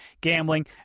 gambling